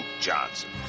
Johnson